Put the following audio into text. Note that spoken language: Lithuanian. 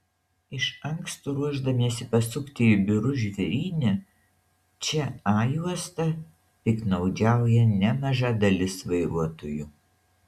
iš anksto ruošdamiesi pasukti į biurus žvėryne čia a juosta piktnaudžiauja nemaža dalis vairuotojų